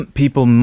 people